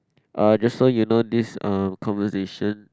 uh just saw you know this uh conversation